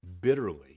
bitterly